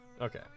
Okay